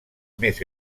més